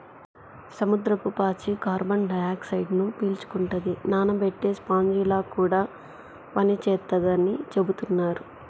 సముద్రపు పాచి కార్బన్ డయాక్సైడ్ను పీల్చుకుంటది, నానబెట్టే స్పాంజిలా కూడా పనిచేత్తదని చెబుతున్నారు